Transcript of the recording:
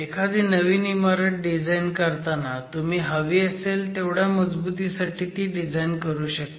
एखादी नवीन इमारत डिझाईन करताना तुम्ही हवी असेल तेवढ्या मजबुतीसाठी ती डिझाईन करू शकता